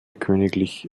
königlich